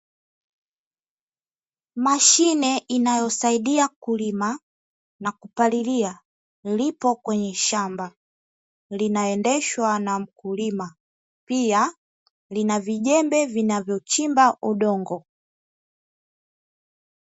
Mashine inayosaidia kulima na kupalilia, lipo kwenye shamba linaendeshwa na mkulima. Pia lina vijembe vinavyochimba udongo.